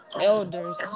elders